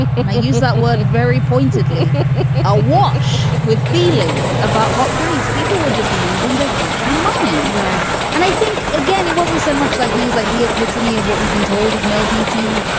and and i use that word very pointedly i walk with feelings about hot breeze. people were just losing that goddamn mind. yes and i think, again, it wasn't so much like he's like the epitome of what we've been told is male beating.